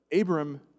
Abram